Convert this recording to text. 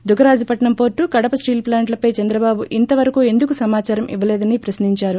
Dugarajapatnam port Kadapa steel ప్లాంట్ల పై చంద్రబాబు ఇంతవరకు ఎందుకు సమాదారం ఇవ్వడంలేదని ప్రక్నించారు